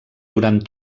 durant